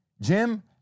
Jim